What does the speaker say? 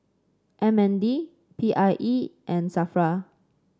M N D P I E and Safra